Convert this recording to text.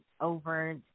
over